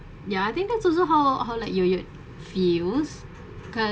ya I think that's also how how like you ~ould feels cause